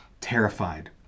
terrified